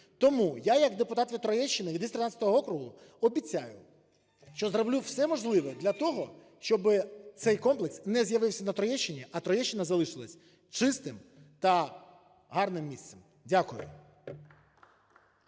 Тому я як депутат від Троєщині, від 213 округу, обіцяю, що зроблю все можливе для того, щоб цей комплекс не з'явився на Троєщині, а Троєщина залишилась чистим та гарним місцем. Дякую.